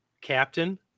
captain